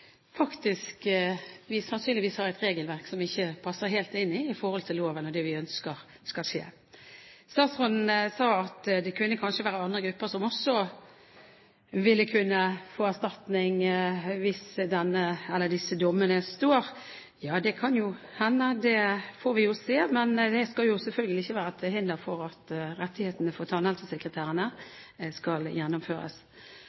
faktisk står her og snakker varmt om at dette er en gruppe som ikke passer helt inn i regelverket hva gjelder loven og det vi ønsker skal skje. Statsråden sa at det kunne kanskje være andre grupper som også ville kunne få erstatning hvis disse dommene står. Ja, det kan hende – det få vi jo se – men det skal selvfølgelig ikke være til hinder for at rettighetene